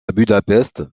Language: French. budapest